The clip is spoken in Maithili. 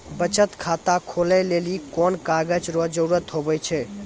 बचत खाता खोलै लेली कोन कागज रो जरुरत हुवै छै?